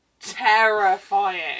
terrifying